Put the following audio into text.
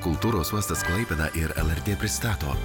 kultūros uostas klaipėda ir lrt pristato